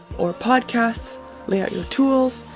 or podcasts lay out your tools,